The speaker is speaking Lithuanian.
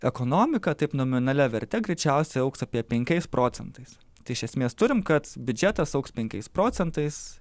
ekonomika taip nominalia verte greičiausiai augs apie penkiais procentais tai iš esmės turim kad biudžetas augs enkiais procentais